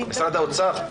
משרד האוצר?